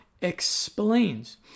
explains